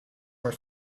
were